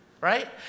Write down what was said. right